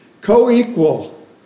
Co-equal